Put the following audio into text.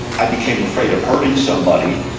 i became afraid of hurting somebody.